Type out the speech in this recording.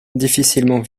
difficilement